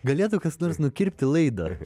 galėtų kas nors nukirpti laidą